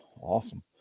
Awesome